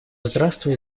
здравствует